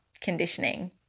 conditioning